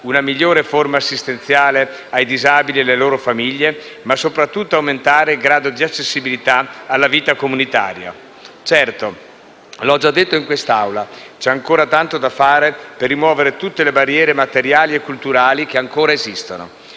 una migliore forma assistenziale ai disabili e alle loro famiglie, ma soprattutto per aumentare il grado di accessibilità alla vita comunitaria. Certo - l'ho già detto in quest'Assemblea - c'è ancora tanto da fare per rimuovere tutte le barriere materiali e culturali che ancora esistono.